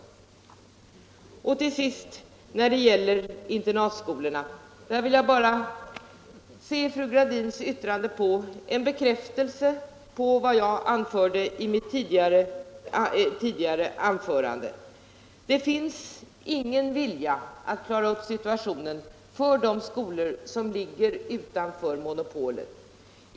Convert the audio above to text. När det till sist gäller internatskolorna vill jag se fru Gradins yttrande som en bekräftelse på vad jag anförde i mitt tidigare inlägg. Det finns ingen vilja att klara upp situationen för de skolor som ligger utanför monopolet.